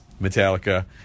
Metallica